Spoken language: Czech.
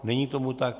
Není tomu tak.